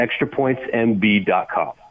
extrapointsmb.com